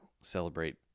celebrate